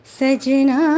Sajna